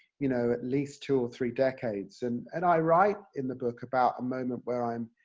you know, at least two or three decades, and and i write in the book about a moment where i'm,